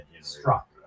struck